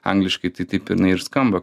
angliškai tai taip jinai ir skamba